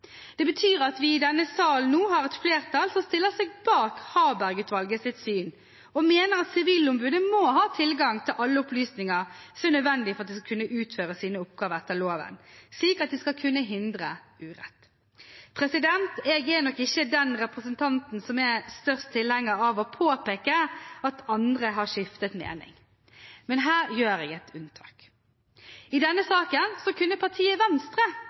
Det betyr at vi i denne salen nå har et flertall som stiller seg bak Harberg-utvalgets syn, og som mener at Sivilombudet må ha tilgang til alle opplysninger som er nødvendige for at de skal kunne utøve sine oppgaver etter loven, slik at de skal kunne hindre urett. Jeg er nok ikke den representanten som er størst tilhenger av å påpeke at andre har skiftet mening, men her gjør jeg et unntak. I denne saken kunne partiet Venstre